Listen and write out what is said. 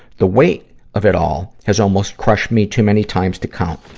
the weight of it all has almost crushed me too many times to count.